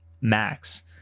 max